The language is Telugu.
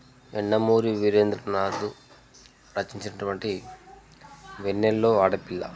యండమూరి వీరేంద్రనాథు రచించినటువంటి వెన్నెల్లో ఆడపిల్ల